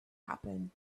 happen